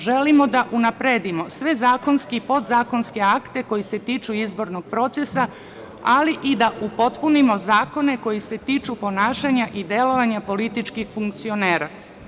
Želimo da unapredimo sve zakonske i podzakonske akte koji se tiču izbornog procesa, ali i da upotpunimo zakone koji se tiču ponašanja i delovanja političkih funkcionera.